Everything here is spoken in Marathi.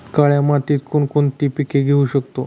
काळ्या मातीत कोणकोणती पिके घेऊ शकतो?